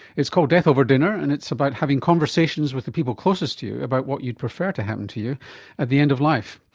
it's called death over dinner, and it's about having conversations with the people closest to you about what you'd prefer to happen to you at the end of life.